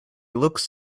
looks